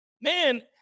man